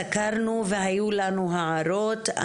סקרנו, והיו לנו הערות.